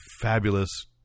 fabulous